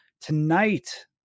Tonight